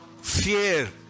fear